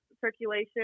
circulation